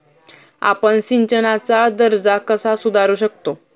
आपण सिंचनाचा दर्जा कसा सुधारू शकतो?